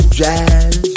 jazz